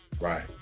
Right